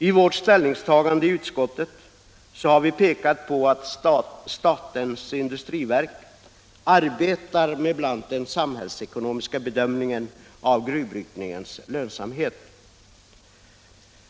I vår skrivning i utskottsbetänkandet har vi pekat på att statens industriverk arbetar med bl.a. den samhällsekonomiska bedömningen av gruvbrytningens lönsamhet.